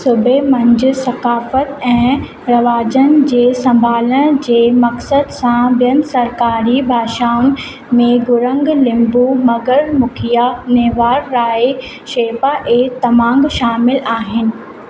सूबे मंझि सखाफ़त ऐं रवाज़नि जे संभालण जे मक़सद सां ॿियनि सरकारी भाषाउनि में गुरुंग लिम्बु मगर मुखिया नेवार राय शेपा ऐं तमांग शामिलु आहिनि